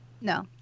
No